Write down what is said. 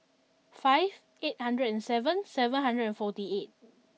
five eight hundred and seven seven hundred and forty eight